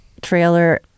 trailer